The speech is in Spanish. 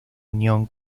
unión